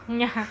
ya ha